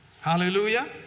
Hallelujah